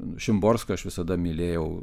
šimborską aš visada mylėjau